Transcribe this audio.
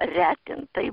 retint tai